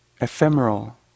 ephemeral